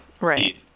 Right